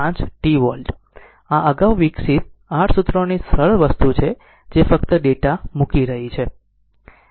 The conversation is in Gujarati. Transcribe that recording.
5 t વોલ્ટ આ અગાઉ વિકસિત R સૂત્રોની સરળ વસ્તુ છે જે ફક્ત ડેટા મુકી રહી છે